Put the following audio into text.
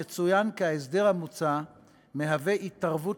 יצוין כי ההסדר המוצע מהווה התערבות